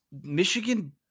Michigan